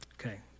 Okay